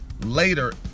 later